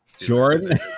Jordan